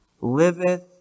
liveth